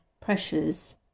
pressures